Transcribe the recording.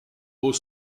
haut